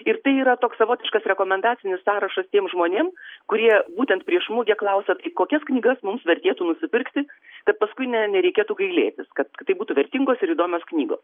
ir tai yra toks savotiškas rekomendacinis sąrašas tiem žmonėm kurie būtent prieš mugę klausia kokias knygas mums vertėtų nusipirkti kad paskui ne nereikėtų gailėtis kad kad tai būtų vertingos ir įdomios knygos